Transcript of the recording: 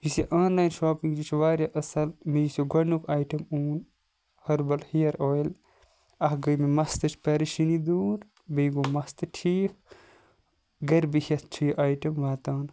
یُس یہِ online shopping یہِ چھُ واریاہ اَصل مےٚ یُس یہِ گۄڈنیُکۍ اَیٹَم اوٚن ہیٚربَل ہیَر اۄیٚل اکھ گٔے مےٚ مَستٕچ پَریشٲنی دوٗر بیٚیہِ گوٚو مس تہِ ٹھیک گَرِ بِہِتھ چھُ یہِ اَیٹَم واتان